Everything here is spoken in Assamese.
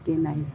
কি নাই